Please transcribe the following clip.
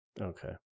okay